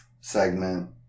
segment